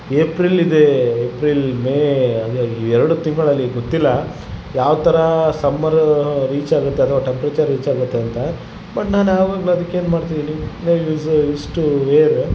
ಏಪ್ರಿಲಿದೆ April May ಹಂಗಾಗಿ ಇವು ಎರಡು ತಿಂಗಳಲ್ಲಿ ಗೊತ್ತಿಲ್ಲ ಯಾವ ಥರ ಸಮ್ಮರ್ ರೀಚಾಗುತ್ತೆ ಅಥವಾ ಟೆಂಪ್ರೇಚರ್ ರೀಚಾಗುತ್ತೆ ಅಂತ ಬಟ್ ನಾನು ಯಾವಾಗಲು ಅದಿಕ್ಕೇನು ಮಾಡ್ತಿದೀನಿ ನಾ ಯೂಸ್ ಯೂಸ್ಟು ವೇರ್